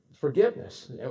Forgiveness